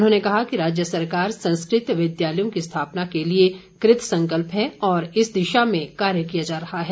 उन्होंने कहा कि राज्य सरकार संस्कृत विद्यालयों की स्थापना के लिए कृतसंकल्प है और इस दिशा में कार्य किया जा रहा है